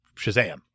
Shazam